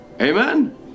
Amen